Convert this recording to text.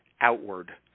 outward